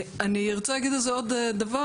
אני ארצה להגיד על זה עוד דבר,